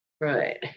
right